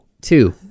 two